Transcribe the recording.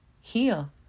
heal